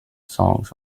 songs